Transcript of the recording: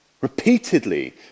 Repeatedly